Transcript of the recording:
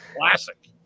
classic